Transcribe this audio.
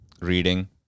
reading